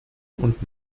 und